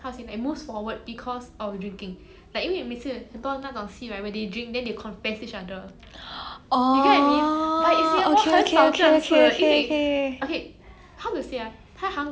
orh okay okay okay okay